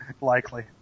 likely